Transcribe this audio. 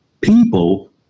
people